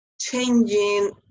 changing